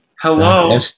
Hello